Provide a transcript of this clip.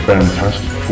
Fantastic